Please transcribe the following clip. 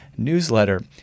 newsletter